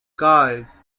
guys